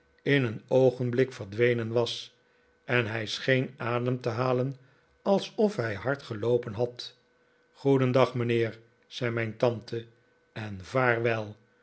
in een oogenblik verdwenen was en hij scheen adem'te halen alsof hij hard geloopen had goedendag mijnheer zei mijn tante en vaarwel